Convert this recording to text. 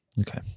Okay